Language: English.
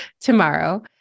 tomorrow